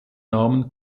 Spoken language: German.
namen